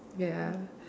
ya